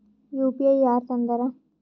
UPI ಯಾರ್ ತಂದಾರ?